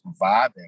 vibing